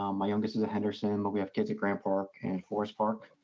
um my youngest is at henderson, but we have kids at graham park and forest park.